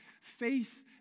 Face